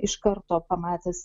iš karto pamatęs